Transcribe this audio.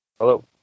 hello